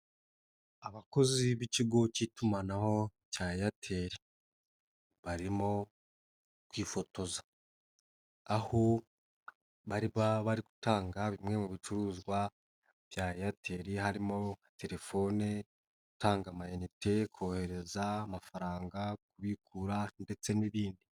Abakozi b'ikigo cy'itumanaho cya Airtel. Barimo kwifotoza. Aho bari bari gutanga bimwe mu bicuruzwa bya Airtel, harimo na telefone, gutanga amayinite, kohereza amafaranga kubikura ndetse n'ibindi.